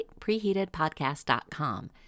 preheatedpodcast.com